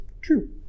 true